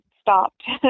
stopped